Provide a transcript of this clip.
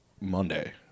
monday